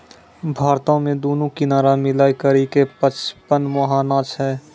भारतो मे दुनू किनारा मिलाय करि के पचपन मुहाना छै